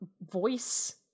voice